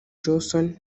johnson